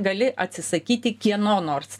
gali atsisakyti kieno nors